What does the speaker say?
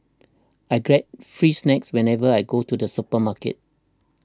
I get free snacks whenever I go to the supermarket